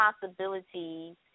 possibilities